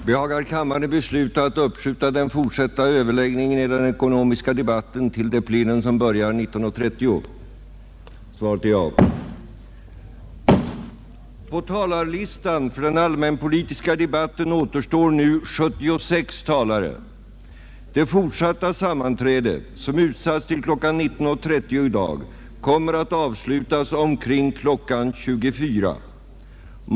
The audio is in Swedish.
Det fortsatta sammanträde, som utsatts till kl. 19.30 i dag, kommer att avslutas omkring kl. 24.00.